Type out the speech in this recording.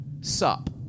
sup